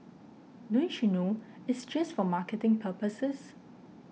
don't you know it's just for marketing purposes